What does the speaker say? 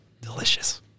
Delicious